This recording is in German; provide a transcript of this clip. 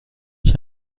ich